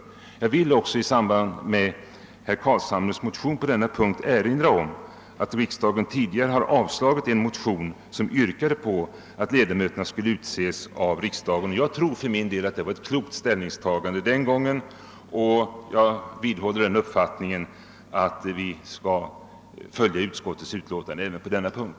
Jag vill också i samband med herr Carlshamres motion på denna punkt erinra om att riksdagen tidigare har avslagit en motion som yrkade att ledamöterna skulle utses av riksdagen. Jag tror för min del att det var ett klokt ställningstagande, och jag vidhåller uppfattningen att vi skall följa utskottets hemställan även på denna punkt.